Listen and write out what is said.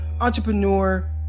entrepreneur